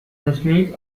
اسمیت